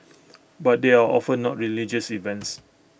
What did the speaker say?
but they are often not religious events